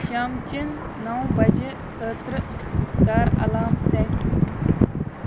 شامچَن نَو بجہِ خٲطرٕ کر الارام سیٹ